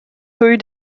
cohue